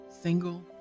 single